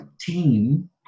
team